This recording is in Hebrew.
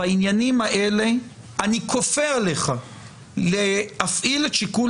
בעניינים האלה אני כופה עליך להפעיל את שיקול